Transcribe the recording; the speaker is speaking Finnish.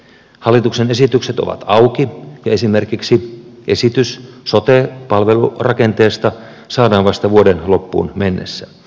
hallituksen esitykset ovat auki ja esimerkiksi esitys sote palvelurakenteesta saadaan vasta vuoden loppuun mennessä